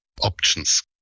options